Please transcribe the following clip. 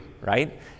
right